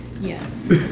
Yes